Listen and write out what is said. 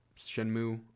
Shenmue